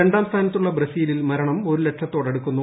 രണ്ടാം സ്ഥാനത്തുള്ള ബ്രസീലിൽ മരണം ഒരുലക്ഷത്തോടടുക്കുന്നു